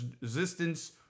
resistance